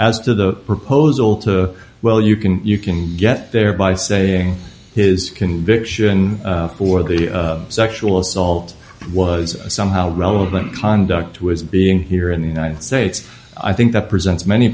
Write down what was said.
as to the proposal to well you can you can get there by saying his conviction for the sexual assault was somehow relevant conduct was being here in the united states i think that presents many